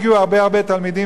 והתלמידים ברחו.